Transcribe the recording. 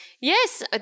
yes